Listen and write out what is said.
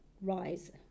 rise